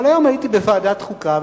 אבל היום הייתי בוועדת חוקה,